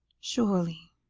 surely,